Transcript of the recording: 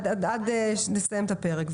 בסדר.